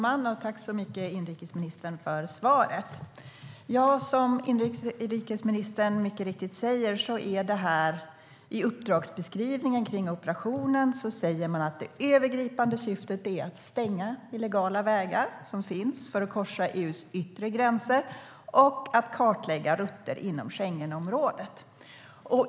Fru talman! Tack, inrikesministern, för svaret! Som inrikesministern mycket riktigt säger framgår det i uppdragsbeskrivningen för operationen att det övergripande syftet är att stänga illegala vägar som finns för att korsa EU:s yttre gränser och att kartlägga rutter inom Schengenområdet.